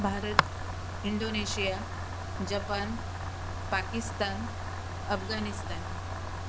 Bharat Indonesia Japan Pakistan Afghanistan